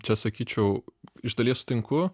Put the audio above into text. čia sakyčiau iš dalies sutinku